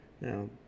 Now